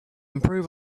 improve